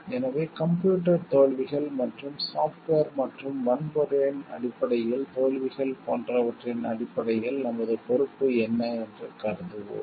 எனவே கம்ப்யூட்டர் தோல்விகள் மற்றும் சாப்ட்வேர் மற்றும் வன்பொருளின் அடிப்படையில் தோல்விகள் போன்றவற்றின் அடிப்படையில் நமது பொறுப்பு என்ன என்று கருதுவோம்